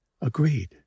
agreed